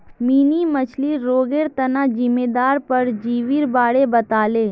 mini मछ्लीर रोगेर तना जिम्मेदार परजीवीर बारे बताले